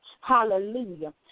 Hallelujah